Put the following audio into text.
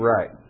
Right